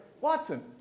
Watson